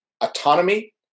autonomy